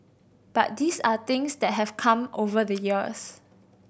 but these are things that have come over the years